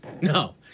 No